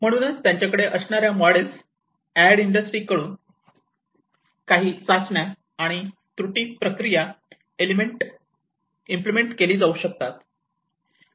म्हणूनच त्यांच्याकडे असणाऱ्या मॉडेल्स एड इंडस्ट्री कडून काही चाचण्या आणि त्रुटी प्रक्रिया इम्प्लिमेंट केली जाऊ शकतात